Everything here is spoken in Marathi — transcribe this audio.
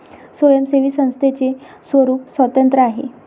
स्वयंसेवी संस्थेचे स्वरूप स्वतंत्र आहे